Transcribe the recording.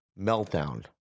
meltdown